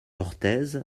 orthez